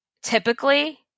typically